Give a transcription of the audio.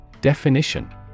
Definition